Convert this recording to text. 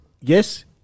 yes